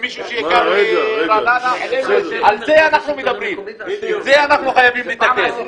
על זה אנחנו מדברים, זה אנחנו חייבים לטפל.